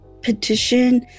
Petition